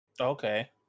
Okay